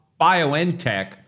BioNTech